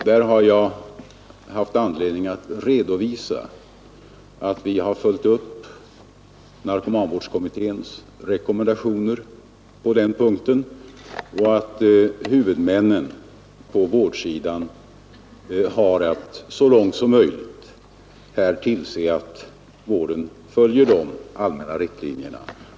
Där har jag haft anledning att redovisa att vi har följt upp narkomanvårdskommitténs rekommendationer. Huvudmännen på vårdsidan har här att så långt möjligt tillse att vården följer de allmänna riktlinjerna.